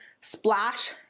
splash